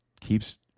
keeps